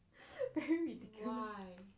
very ridiculous